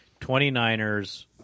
29ers